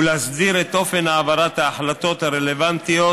ולהסדיר את אופן העברת ההחלטות הרלוונטיות